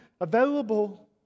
available